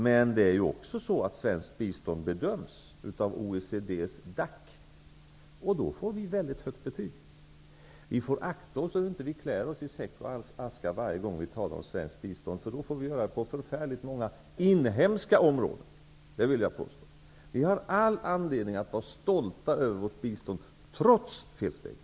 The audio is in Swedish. Men när det svenska biståndet bedöms av OECD:s DAC får vi väldigt högt betyg. Vi får akta oss så att vi inte klär oss i säck och aska varje gång vi talar om svenskt bistånd, för då får vi höra om förfärligt många inhemska områden, det vill jag påstå. Vi har all anledning att vara stolta över vårt bistånd, trots felstegen!